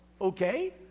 Okay